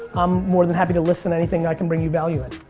i'm more than happy to listen anything i can bring you value in.